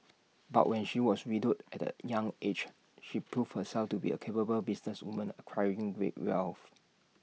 but when she was widowed at A young aged she proved herself to be A capable businesswoman acquiring great wealth